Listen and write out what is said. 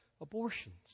abortions